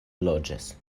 loĝas